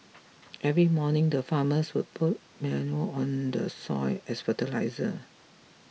every morning the farmers would put manure on the soil as fertiliser